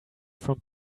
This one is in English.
from